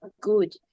good